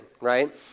right